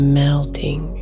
melting